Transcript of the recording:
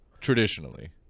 Traditionally